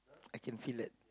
I can feel that